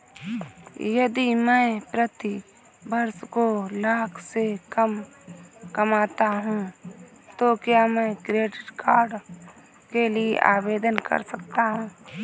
यदि मैं प्रति वर्ष दो लाख से कम कमाता हूँ तो क्या मैं क्रेडिट कार्ड के लिए आवेदन कर सकता हूँ?